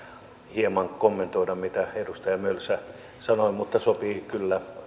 hieman kommentoida mitä edustaja mölsä sanoi mutta sopii kyllä